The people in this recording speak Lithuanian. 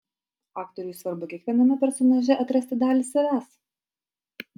aktoriui svarbu kiekviename personaže atrasti dalį savęs